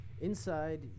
inside